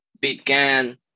began